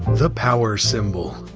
the power symbol.